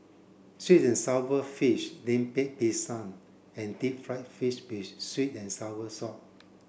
sweet and sour fish Lemper Pisang and deep fried fish with sweet and sour sauce